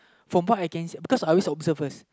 from what I can see because I always observe first